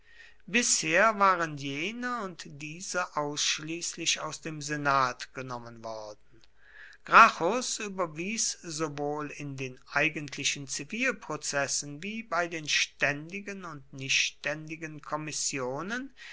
bisher waren jene und diese ausschließlich aus dem senat genommen worden gracchus überwies sowohl in den eigentlichen zivilprozessen wie bei den ständigen und nichtständigen kommissionen